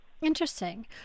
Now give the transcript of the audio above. Interesting